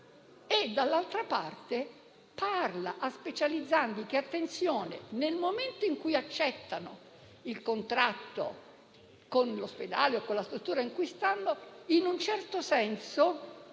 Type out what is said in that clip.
e, dall'altra, parla a specializzandi, che nel momento in cui accettano il contratto con l'ospedale o con la struttura in cui si trovano, in un certo senso